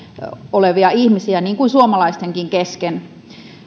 olevia ihmisiä niin kuin suomalaistenkin kesken